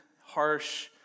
harsh